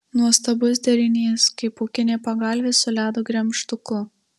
nuostabus derinys kaip pūkinė pagalvė su ledo gremžtuku